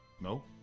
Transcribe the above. No